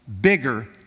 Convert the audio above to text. bigger